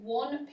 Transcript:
one